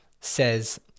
says